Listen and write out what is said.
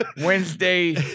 Wednesday